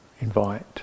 invite